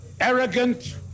arrogant